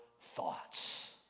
thoughts